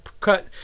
cut